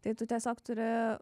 tai tu tiesiog turi